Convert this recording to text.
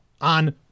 on